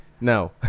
No